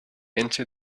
into